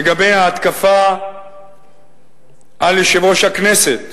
לגבי ההתקפה על יושב-ראש הכנסת,